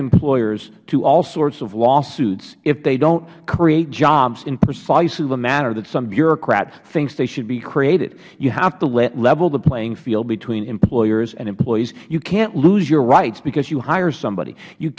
employers to all sorts of lawsuits if they don't create jobs in precisely the manner that some bureaucrat thinks they should be created have to level the playing field between employers and employees you can't lose your rights because you hire somebody you